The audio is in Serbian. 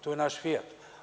Tu je naš „Fijat“